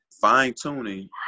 fine-tuning